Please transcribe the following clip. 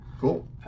Cool